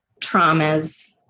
traumas